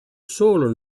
solo